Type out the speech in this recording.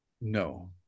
No